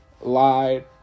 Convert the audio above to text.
lied